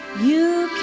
you